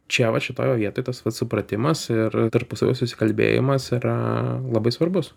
čia va šitoj va vietoj tas vat supratimas ir tarpusavio susikalbėjimas yra labai svarbus